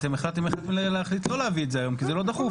אתם החלטתם להחליט לא להביא את זה היום כי זה לא דחוף.